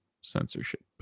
censorship